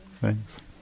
Thanks